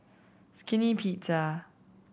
Skinny Pizza